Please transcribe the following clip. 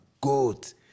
good